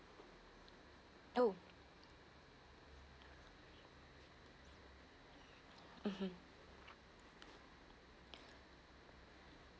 oh mmhmm